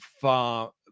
far